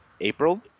April